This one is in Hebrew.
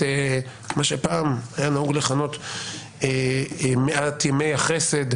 מה שפעם היה נהוג לכנות מאת ימי החסד,